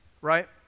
right